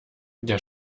der